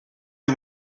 you